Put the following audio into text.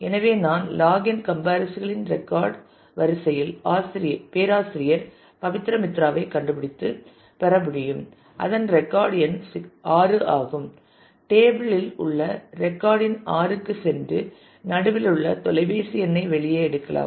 எனவே நான் log n comparison களின் ரெக்கார்ட் வரிசையில் பேராசிரியர் பபித்ரா மித்ராவைக் கண்டுபிடித்து பெற முடியும் அதன் ரெக்கார்ட் எண் 6 ஆகும் டேபிள் இல் உள்ள ரெக்கார்ட் எண் 6 க்குச் சென்று நடுவில் உள்ள தொலைபேசி எண்ணை வெளியே எடுக்கலாம்